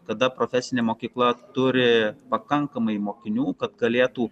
tada profesinė mokykla turi pakankamai mokinių kad galėtų